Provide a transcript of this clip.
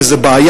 וזו בעיה,